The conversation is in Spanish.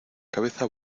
cabeza